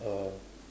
uh